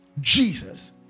Jesus